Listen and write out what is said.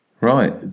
Right